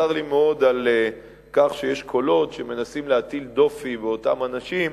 צר לי מאוד על כך שיש קולות שמנסים להטיל דופי באותם אנשים,